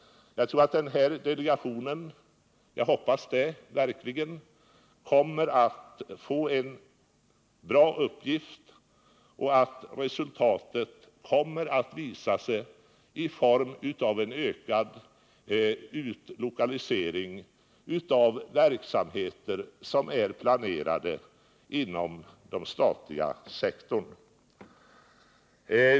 Jag tror att en sådan delegation får en betydelsefull uppgift, och jag hoppas verkligen att dess arbete resulterar i en ökad utlokalisering av planerade verksamheter inom den statliga sektorn.